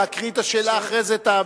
להקריא את השאלה ואחרי זה את כל הערותייך.